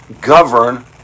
govern